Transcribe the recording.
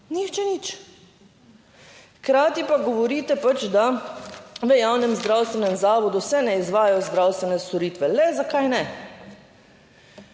nihče nič. Hkrati pa govorite pač, da v javnem zdravstvenem zavodu se ne izvajajo zdravstvene storitve. Le zakaj ne?